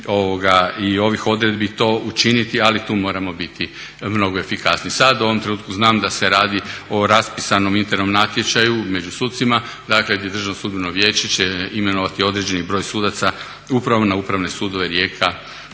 i ovih odredbi to učiniti. Ali tu moramo biti mnogo efikasniji. Sad u ovom trenutku znam da se radi o raspisanom internom natječaju među sucima dakle gdje DSV će imenovati određeni broj sudaca upravo na Upravne sudove Rijeka